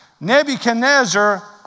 Nebuchadnezzar